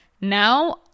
Now